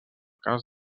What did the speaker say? cas